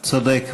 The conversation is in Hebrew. צודק.